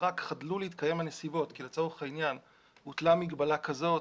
רק חדלו להתקיים הנסיבות כי הוטלה מגבלה כזאת,